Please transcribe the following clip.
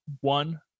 One